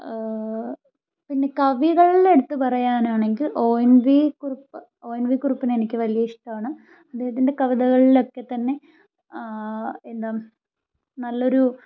പിന്നെ കവികളിൽ എടുത്ത് പറയാനാണെങ്കിൽ O N V Kurup O N V കുറുപ്പിനെ എനിക്ക് വലിയ ഇഷ്ടമാണ് അദ്ദേഹത്തിൻ്റെ കവിതകളിലൊക്കെത്തന്നെ എന്താണ് നല്ലൊരു